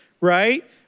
right